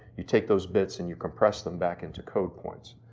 you take those bits and you compress them back into code points.